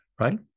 right